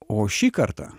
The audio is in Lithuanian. o šį kartą